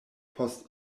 post